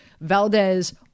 Valdez